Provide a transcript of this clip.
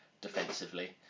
defensively